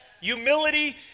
Humility